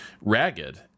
ragged